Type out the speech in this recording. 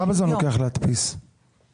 כמה זמן לוקח להדפיס את